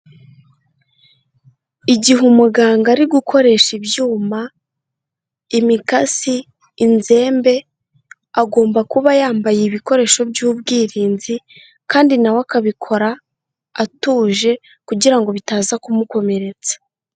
Igihe umuganga ari gukoresha ibyuma, imikasi, inzembe, agomba kuba yambaye ibikoresho by'ubwirinzi kandi na we akabikora atuje kugira ngo bitaza kumukomeretsa.